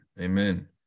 Amen